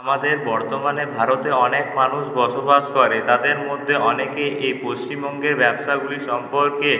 আমাদের বর্তমানে ভারতে অনেক মানুষ বসবাস করে তাদের মধ্যে অনেকে এই পশ্চিমবঙ্গের ব্যবসাগুলির সম্পর্কে